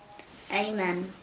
amen.